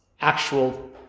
actual